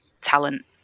talent